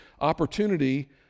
opportunity